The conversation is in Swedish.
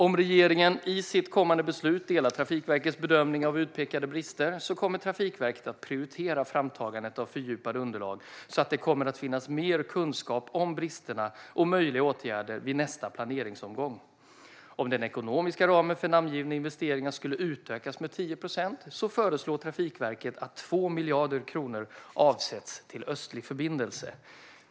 Om regeringen i sitt kommande beslut delar Trafikverkets bedömning av utpekade brister kommer Trafikverket att prioritera framtagandet av fördjupade underlag så att det kommer att finnas mer kunskap om bristerna och möjliga åtgärder vid nästa planeringsomgång. Om den ekonomiska ramen för namngivna investeringar skulle utökas med 10 procent föreslår Trafikverket att 2 miljarder kronor avsätts till Östlig förbindelse.